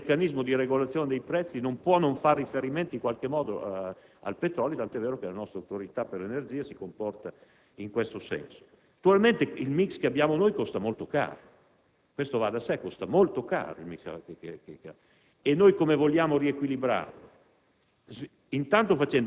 Questo è evidente, ma il meccanismo di regolazione dei prezzi non può non fare riferimento al petrolio, tanto è vero che la nostra Autorità per l'energia si comporta in questo senso. Naturalmente il *mix* che abbiamo noi costa molto caro, questo va da sé. Come vogliamo e possiamo riequilibrarlo?